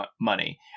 money